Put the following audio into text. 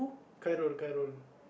Khairul Khairul